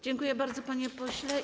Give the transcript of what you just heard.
Dziękuję bardzo, panie pośle.